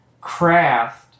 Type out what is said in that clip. Craft